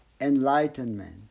enlightenment